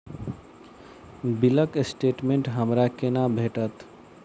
बिलक स्टेटमेंट हमरा केना भेटत?